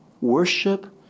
worship